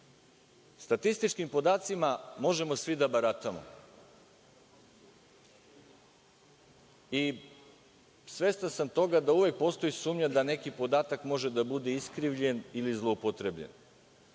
statističkim podacima možemo svi da baratamo. Svestan sam toga da uvek postoji sumnja da neki podatak može da bude iskrivljen ili zloupotrebljen,